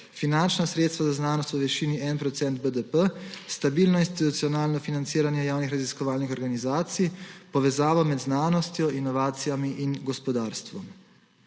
finančna sredstva za znanost v višini enega procenta BDP, stabilno institucionalno financiranje javnih raziskovalnih organizacij, povezavo med znanostjo, inovacijami in gospodarstvom.